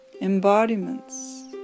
embodiments